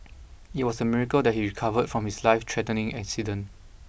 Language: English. it was a miracle that he recovered from his lifethreatening accident